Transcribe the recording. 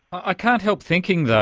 i can't help thinking, though,